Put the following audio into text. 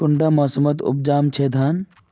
कुंडा मोसमोत उपजाम छै धान?